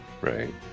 Right